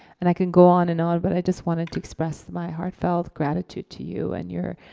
and i can go on and on but i just wanted to express my heartfelt gratitude to you and your